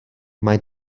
mae